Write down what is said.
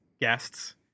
guests